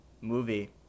movie